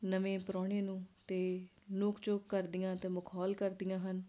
ਨਵੇਂ ਪ੍ਰਾਹੁਣੇ ਨੂੰ ਅਤੇ ਨੋਕ ਝੋਕ ਕਰਦੀਆਂ ਅਤੇ ਮਖੌਲ ਕਰਦੀਆਂ ਹਨ